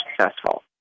successful